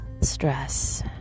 stress